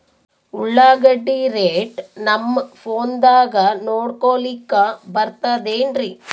ಉಳ್ಳಾಗಡ್ಡಿ ರೇಟ್ ನಮ್ ಫೋನದಾಗ ನೋಡಕೊಲಿಕ ಬರತದೆನ್ರಿ?